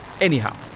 Anyhow